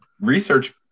research